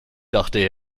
dachte